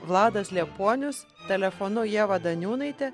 vladas liepuonius telefonu ieva daniūnaitė